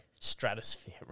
stratosphere